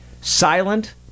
silent